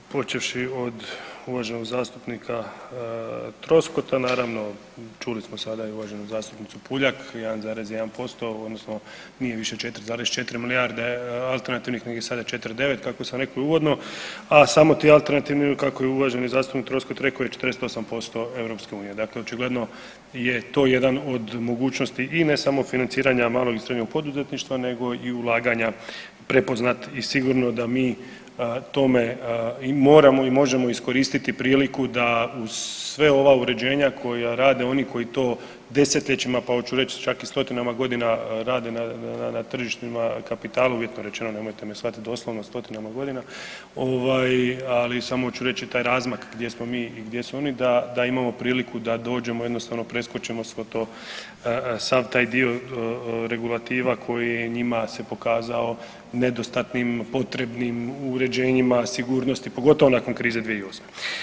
Počevši od uvaženog zastupnika Troskota, naravno čuli smo sada i uvaženu zastupnicu Puljak 1,1% odnosno nije više 4,4, milijarde alternativnih nego je sad 4,9 kako smo rekli uvodno, a samo ti alternativni kako je uvaženi zastupnik Troskot rekao je 48% EU dakle očigledno je to jedan od mogućnosti i ne samo financiranja malog i srednjeg poduzetništva nego i ulaganja prepoznat i sigurno da mi tome moramo i možemo iskoristiti priliku da uz sva ova uređenja koja rade oni koji to desetljećima pa hoću reći čak i stotinama godina rade na tržištima kapitala, uvjetno rečeno nemojte me shvatit doslovno stotinama godina, ali samo ću reći taj razmak gdje smo mi i gdje su oni da imamo priliku da dođemo i jednostavno preskočimo svo to sav taj dio regulativa koji njima se pokazao nedostatnim, potrebnim uređenjima sigurnosti, pogotovo nakon krize 2008.